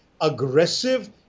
aggressive